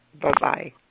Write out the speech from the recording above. Bye-bye